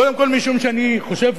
קודם כול משום שאני חושב,